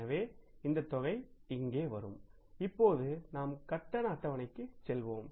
எனவே இந்த தொகை இங்கு வரும் இப்போது நாம் கட்டண அட்டவணைக்கு செல்வோம்